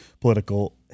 political